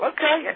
Okay